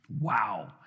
Wow